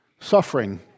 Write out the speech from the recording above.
suffering